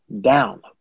down